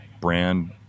brand